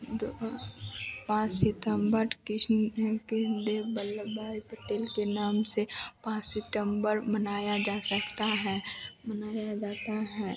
दो पाँच सितंबड़ कृष्ण कृष्णदेव वल्लभ भाई पटेल के नाम से पाँच सिटंबर मनाया जा सकता है मनाया जाता है